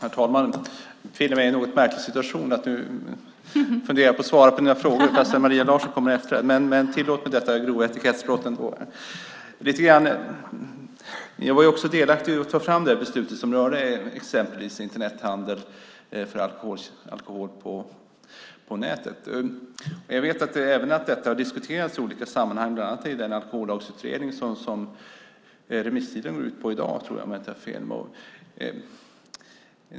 Fru talman! Jag befinner mig i en något märklig situation att fundera på att svara på frågorna fast Maria Larsson kommer efteråt. Men tillåt mig detta grova etikettsbrott. Ni var också delaktiga i att ta fram beslutet som rörde Internethandel för alkohol. Jag vet att detta har diskuterats i olika sammanhang, bland annat i den alkohollagsutredning som remisstiden går ut på i dag om jag inte har fel.